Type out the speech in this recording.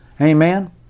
Amen